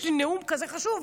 יש לי נאום כזה חשוב,